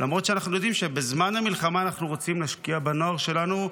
למרות שאנחנו יודעים שבזמן המלחמה אנחנו רוצים להשקיע בנוער שלנו,